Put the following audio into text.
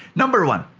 number one,